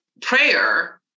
prayer